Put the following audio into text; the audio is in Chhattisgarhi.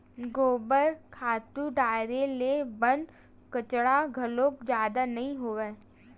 गोबर खातू डारे ले बन कचरा घलो जादा नइ होवय